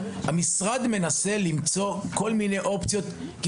המשרד מנסה למצוא כל מיני אופציות, כי